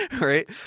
right